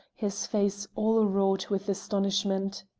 his face all wrought with astonishment.